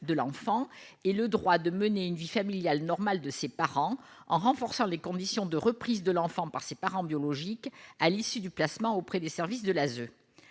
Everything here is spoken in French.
de l'enfant et le droit de mener une vie familiale normale de ses parents, en renforçant les conditions de reprise de l'enfant par ses parents biologiques à l'issue du placement auprès des services de l'ASE,